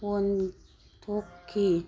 ꯑꯣꯟꯊꯣꯛꯈꯤ